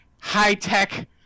high-tech